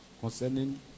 concerning